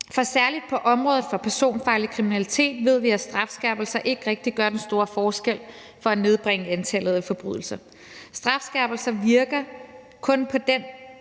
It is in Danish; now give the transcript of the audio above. For særlig på området for personfarlig kriminalitet ved vi, at strafskærpelser ikke rigtig gør den store forskel for at nedbringe antallet af forbrydelser. Strafskærpelser virker kun på den type